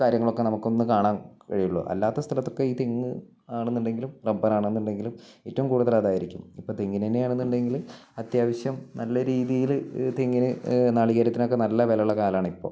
കാര്യങ്ങളൊക്കെ നമുക്കൊന്ന് കാണാൻ കഴിയുള്ളൂ അല്ലാത്ത സ്ഥലത്തൊക്കെ ഈ തെങ്ങ് ആണെന്നുണ്ടെങ്കിലും റബ്ബറാണെന്നുണ്ടെങ്കിലും ഏറ്റവും കൂടുതലായിരിക്കും ഇപ്പം തെങ്ങിന് തന്നെ ആണെന്ന് ഉണ്ടെങ്കിൽ അത്യാവശ്യം നല്ല രീതിയിൽ തെങ്ങിന് നാളികേരത്തിനൊക്കെ നല്ല വില ഉള്ള കാലമാണ് ഇപ്പം